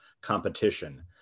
competition